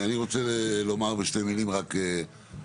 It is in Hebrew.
אני רוצה לומר בשתי מילים רק בנושא